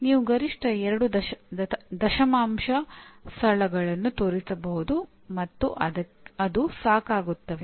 ನೀವು ಗರಿಷ್ಠ 2 ದಶಮಾಂಶ ಸ್ಥಳಗಳನ್ನು ತೋರಿಸಬಹುದು ಮತ್ತು ಅದು ಸಾಕಾಗುತ್ತೆ